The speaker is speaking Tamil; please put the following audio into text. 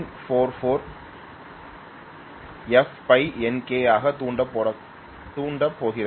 44fφNkw ஆக தூண்டப்படப்போகிறது